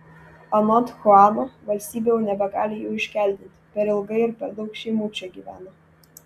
anot chuano valstybė jau nebegali jų iškeldinti per ilgai ir per daug šeimų čia gyvena